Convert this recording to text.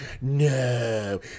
No